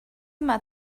yma